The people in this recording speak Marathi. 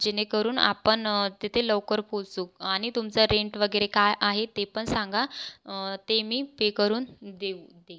जेणेकरून आपण तेथे लवकर पोहोचू आणि तुमचं रेंट वगरे काय आहे ते पण सांगा ते मी पे करून देऊ देई